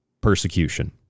persecution